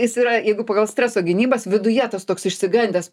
jis yra jeigu pagal streso gynybas viduje tas toks išsigandęs